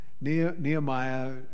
Nehemiah